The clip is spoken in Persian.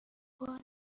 بار